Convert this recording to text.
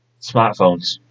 smartphones